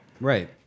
Right